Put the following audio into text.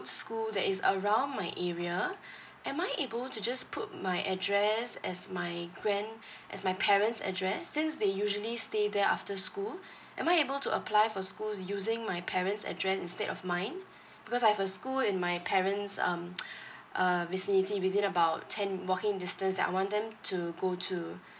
school that is around my area am I able to just put my address as my gran~ as my parents' address since they usually stay there after school am I able to apply for schools using my parents' address instead of mine because I've a school in my parents' um uh vicinity within about ten walking distance that I want them to go to